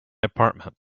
apartment